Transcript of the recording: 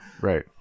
Right